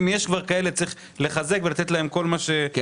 אם כבר יש כאלה, צריך לחזק ולתת להם כל מה שאפשר.